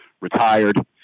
retired